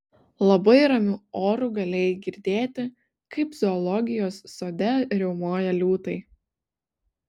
labai ramiu oru galėjai girdėti kaip zoologijos sode riaumoja liūtai